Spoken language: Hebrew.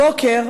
הבוקר,